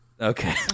Okay